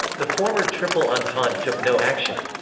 the former triple entente took no action.